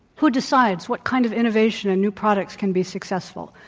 who decides what kind of innovation and new products can be successful?